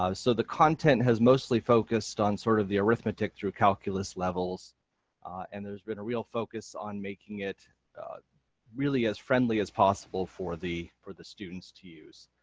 so the content has mostly focused on sort of the arithmetic through calculus levels and there's been a real focus on making it really as friendly as possible for the for the students to use.